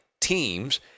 teams